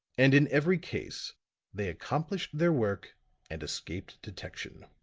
and in every case they accomplished their work and escaped detection.